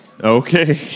Okay